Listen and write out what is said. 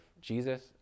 Jesus